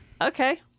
Okay